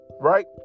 right